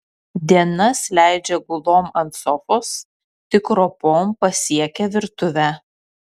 dienas leidžia gulom ant sofos tik ropom pasiekia virtuvę